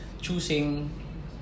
choosing